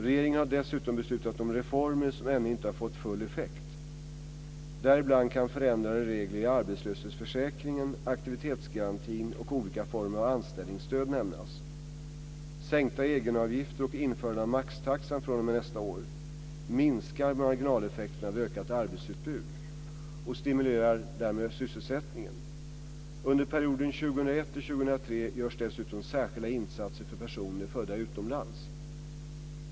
Regeringen har dessutom beslutat om reformer som ännu inte har fått full effekt. Däribland kan förändrade regler i arbetslöshetsförsäkringen, aktivitetsgarantin och olika former av anställningsstöd nämnas. Sänkta egenavgifter och införandet av maxtaxan fr.o.m. nästa år, minskar marginaleffekterna vid ökat arbetsutbud och stimulerar därmed sysselsättningen. Under perioden 2001-2003 görs dessutom särskilda insatser för personer födda utomlands.